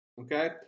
Okay